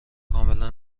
کاملا